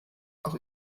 auch